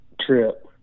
trip